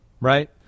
right